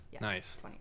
Nice